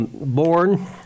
born